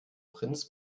prinz